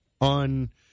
On